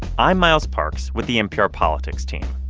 i'm miles parks with the npr politics team.